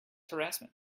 harassment